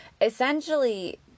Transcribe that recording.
essentially